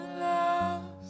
love